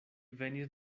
venis